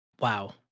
wow